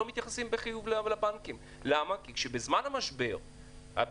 הם משתמשים בזה רק כדי לשמר לקוחות.